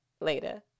later